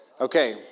Okay